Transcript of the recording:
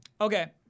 Okay